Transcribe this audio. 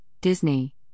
Disney